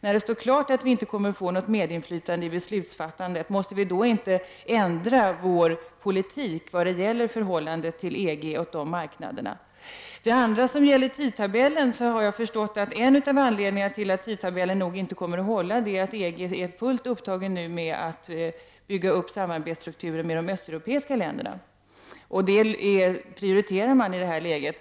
När det står klart att vi inte kommer att få något medinflytande i beslutsfattandet, måste vi då inte ändra vår politik när det gäller förhållandet till EG och de marknaderna? När det gäller tidtabellen har jag förstått att en av anledningarna till att den inte kommer att hålla är att man inom EG är fullt upptagen med att bygga upp samarbetsstrukturen med de östeuropeiska länderna. Man prioriterar det i detta läge.